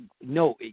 no